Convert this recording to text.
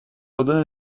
ordonne